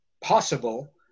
possible